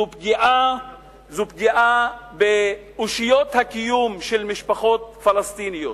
זאת פגיעה באושיות הקיום של משפחות פלסטיניות.